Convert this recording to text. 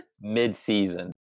mid-season